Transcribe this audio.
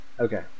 Okay